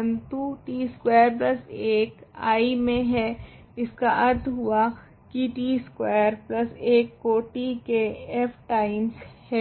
परंतु t21 I मे है इसका अर्थ हुआ की t21 को t के f टाइम्स